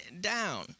down